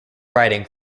writing